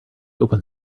open